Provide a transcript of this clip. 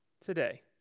today